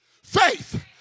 faith